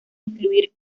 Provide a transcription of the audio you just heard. incluir